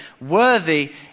Worthy